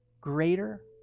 greater